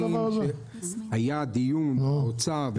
היה דיון באוצר,